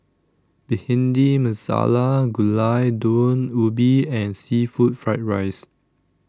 Bhindi Masala Gulai Daun Ubi and Seafood Fried Rice